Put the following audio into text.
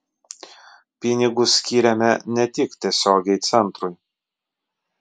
pinigus skyrėme ne tik tiesiogiai centrui